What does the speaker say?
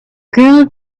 girl